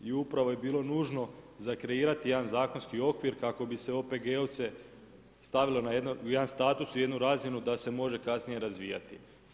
I upravo je bilo nužno za kreirati jedan zakonski okvir kako bi se OPG-ovce stavilo u jedan status, u jednu razinu da se može kasnije razvijati.